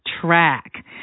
track